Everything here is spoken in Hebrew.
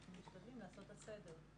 אנחנו משתדלים לעשות את הסדר.